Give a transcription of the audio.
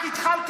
רק התחלתי.